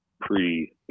pre